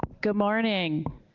good morning.